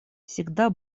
всегда